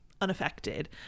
unaffected